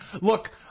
Look